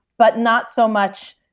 but not so much.